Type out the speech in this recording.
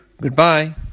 Goodbye